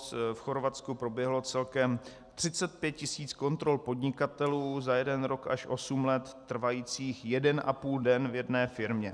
V Chorvatsku proběhlo celkem 35 tisíc kontrol podnikatelů za jeden rok až osm let trvajících jeden a půl den v jedné firmě.